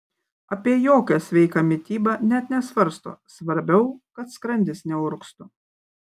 apie jokią sveiką mitybą net nesvarsto svarbiau kad skrandis neurgztų